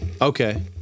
Okay